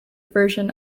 version